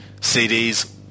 CDs